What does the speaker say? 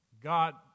God